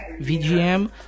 VGM